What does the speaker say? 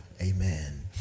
Amen